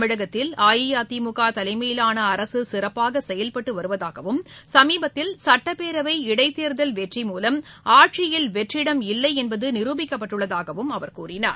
தமிழகத்தில் அஇஅதிமுக தலைமையிலான அரசு சிறப்பாக செயல்பட்டு வருவதாகவும் சமீபத்தில் சட்டப்பேரவை இடைத்தேர்தல் வெற்றி என்பகு நிரூபிக்கப்பட்டுள்ளதாகவும் அவர் கூறினார்